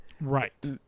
Right